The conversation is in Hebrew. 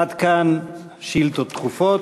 עד כאן שאילתות דחופות.